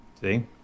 See